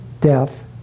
death